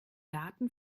daten